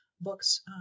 Books